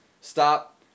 stop